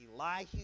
Elihu